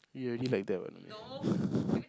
you already like that what